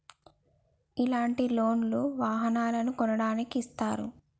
ఇలాంటి లోన్ లు వాహనాలను కొనడానికి ఇస్తారు